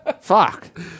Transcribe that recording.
Fuck